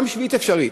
גם שביעית אפשרית,